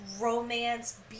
romance